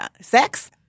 Sex